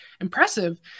impressive